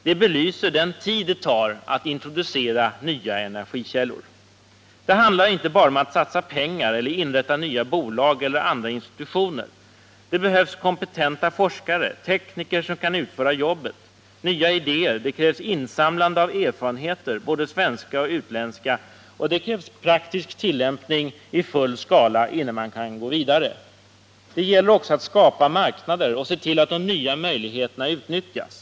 Det belyser vilken tid det tar att introducera nya energikällor. Det handlar inte bara om att satsa pengar eller inrätta nya bolag eller andra institutioner. Det behövs kompetenta forskare och tekniker som kan utföra jobbet, det krävs nya idéer, insamlande av erfarenheter, både svenska och utländska, och det krävs praktisk tillämpning i full skala innan man kan gå vidare. Det gäller att ”skapa marknader” och se till att de nya möjligheterna utnyttjas.